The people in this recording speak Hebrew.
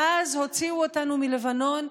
שאז הוציאו אותנו מלבנון,